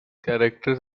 characters